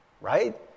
right